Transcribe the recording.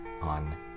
on